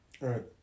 Right